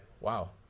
Wow